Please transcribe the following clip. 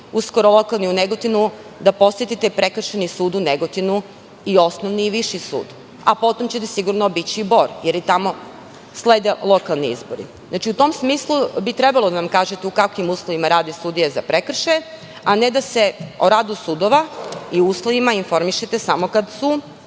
verujem da ćete da posetite Prekršajni sud u Negotinu i Osnovni i Viši sud, a potom ćete sigurno obići i Bor, jer i tamo slede lokali izbori. U tom smislu bi trebalo da nam kažete u kakvim uslovima rade sudije za prekršaje, a ne da se o radu sudova i uslovima informišete samo kada su